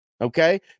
okay